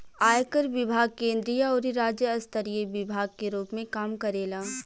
आयकर विभाग केंद्रीय अउरी राज्य स्तरीय विभाग के रूप में काम करेला